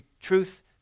truth